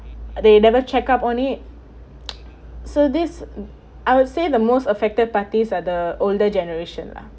they never check up on it so this I would say the most affected parties are the older generation lah